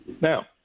Now